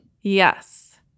Yes